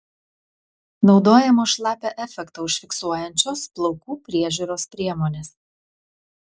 naudojamos šlapią efektą užfiksuojančios plaukų priežiūros priemonės